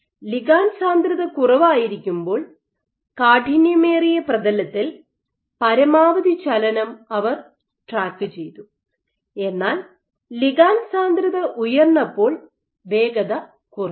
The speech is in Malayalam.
ലിഗാണ്ട് സാന്ദ്രത കുറവായിരിക്കുമ്പോൾ കാഠിന്യമേറിയ പ്രതലത്തിൽ പരമാവധി ചലനം അവർ ട്രാക്കുചെയ്തു എന്നാൽ ലിഗാണ്ട് സാന്ദ്രത ഉയർന്നപ്പോൾ വേഗത കുറഞ്ഞു